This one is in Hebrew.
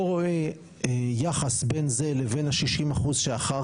לא רואה יחס בין זה לבין ה-60% שאחר